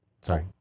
Sorry